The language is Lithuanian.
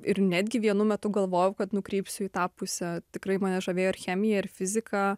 ir netgi vienu metu galvojau kad nukrypsiu į tą pusę tikrai mane žavėjo ir chemija ir fizika